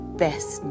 best